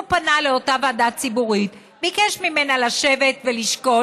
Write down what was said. הוא פנה לאותה ועדה ציבורית וביקש ממנה לשבת ולשקול